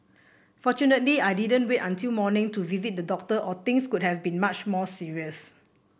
fortunately I didn't wait till morning to visit the doctor or things could have been much more serious